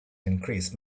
increase